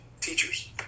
teachers